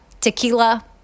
tequila